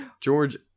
George